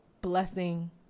blessing